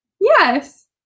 Yes